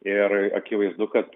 ir akivaizdu kad